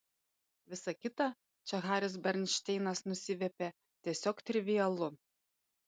visa kita čia haris bernšteinas nusiviepė tiesiog trivialu